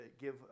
give